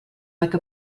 like